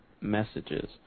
messages